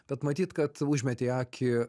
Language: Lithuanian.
bet matyt kad užmetei akį